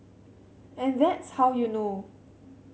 and that's how you know